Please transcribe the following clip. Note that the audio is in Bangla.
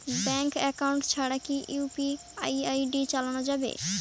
ব্যাংক একাউন্ট ছাড়া কি ইউ.পি.আই আই.ডি চোলা যাবে?